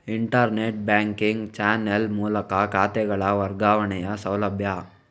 internet banking channel ಮೂಲಕ ಖಾತೆಗಳ ವರ್ಗಾವಣೆಯ ಸೌಲಭ್ಯ